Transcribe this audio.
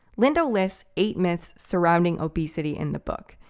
lindo lists eight myths surrounding obesity in the book,